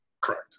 Correct